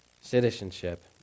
citizenship